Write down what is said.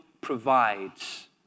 provides